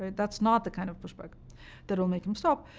that's not the kind of pushback that will make him stop.